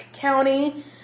County